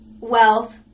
wealth